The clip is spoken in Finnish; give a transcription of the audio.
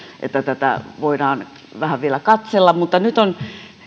että tätä voidaan vähän vielä katsella mutta nyt on